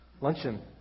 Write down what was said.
Luncheon